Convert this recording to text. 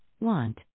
want